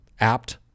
apt